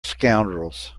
scoundrels